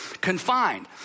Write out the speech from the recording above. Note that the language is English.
confined